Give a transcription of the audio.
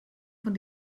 von